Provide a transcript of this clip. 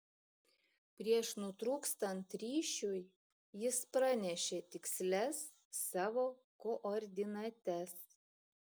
prieš nutrūkstant ryšiui jis pranešė tikslias savo koordinates